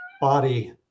body